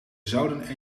zouden